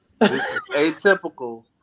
atypical